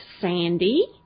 Sandy